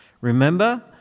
Remember